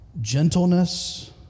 gentleness